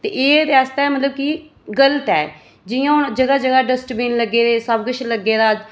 एह्दे आस्तै मतलब कि गल्त ऐ जि'यां हून जगह् जगह् डस्टविन लग्गे दे सब किश लग्गे दा